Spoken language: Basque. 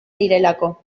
direlako